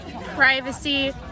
privacy